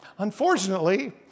Unfortunately